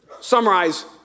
Summarize